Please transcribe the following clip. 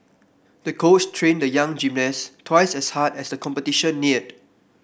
the coach trained the young gymnast twice as hard as the competition neared